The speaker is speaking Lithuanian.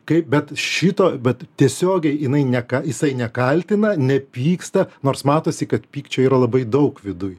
kaip bet šito bet tiesiogiai jinai ne ką jisai nekaltina nepyksta nors matosi kad pykčio yra labai daug viduj